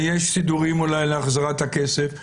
יש סידורים אולי להחזרת הכסף.